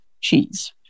cheese